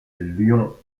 lion